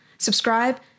Subscribe